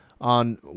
on